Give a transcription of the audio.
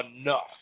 enough